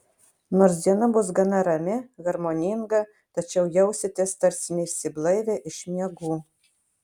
nors diena bus gana rami harmoninga tačiau jausitės tarsi neišsiblaivę iš miegų